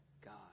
God